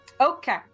Okay